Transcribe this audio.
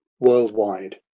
worldwide